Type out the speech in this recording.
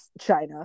China